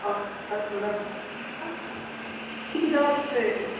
थोड़ा की दवा दे रहे हैं